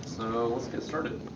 so, let's get started.